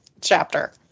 chapter